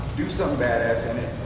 do something badass in it,